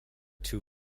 two